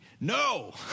no